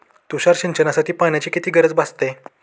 तुषार सिंचनासाठी पाण्याची किती गरज भासते?